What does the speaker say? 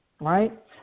right